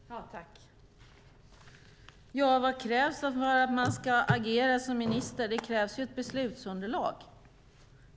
Herr talman! Vad krävs för att man ska agera som minister? Det krävs ett beslutsunderlag.